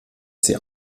sie